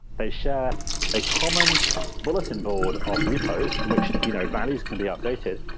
they share a common bulletin board of repos, in which you know values can be updated,